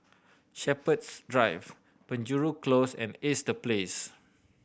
Shepherds Drive Penjuru Close and Ace The Place